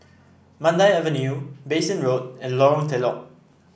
Mandai Avenue Bassein Road and Lorong Telok